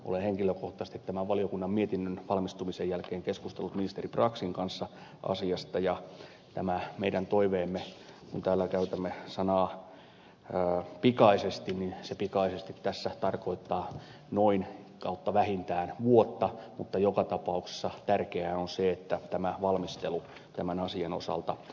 olen henkilökohtaisesti tämän valiokunnan mietinnön valmistumisen jälkeen keskustellut ministeri braxin kanssa asiasta ja kun tässä meidän toiveessamme täällä käytämme sanaa pikaisesti niin se pikaisesti tässä tarkoittaa vähintään vuotta mutta joka tapauksessa tärkeää on se että tämä valmistelu tämän asian osalta etenee